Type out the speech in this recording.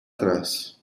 trás